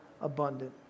abundant